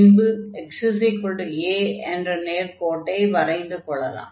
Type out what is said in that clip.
பின்பு x a என்ற நேர்க்கோட்டை வரைந்து கொள்ளலாம்